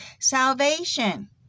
salvation